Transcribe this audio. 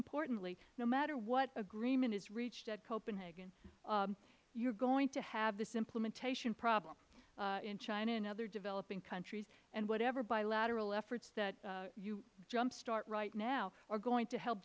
importantly no matter what agreement is reached at copenhagen you are going to have this implementation problem in china and other developing countries and whatever bilateral efforts that you jump start right now are going to help